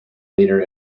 leader